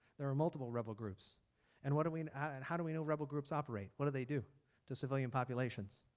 there are multiple rebel groups and what do we and and how do we know rebel groups operate? what do they do to civilian populations?